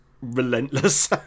relentless